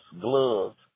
gloves